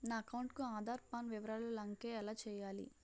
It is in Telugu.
నా అకౌంట్ కు ఆధార్, పాన్ వివరాలు లంకె ఎలా చేయాలి?